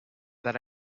that